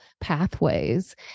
pathways